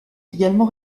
également